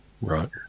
Right